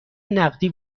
نقدی